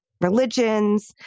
religions